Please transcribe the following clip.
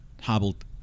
hobbled